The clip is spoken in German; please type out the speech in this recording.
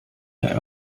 der